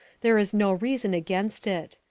there is no reason against it.